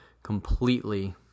completely